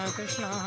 Krishna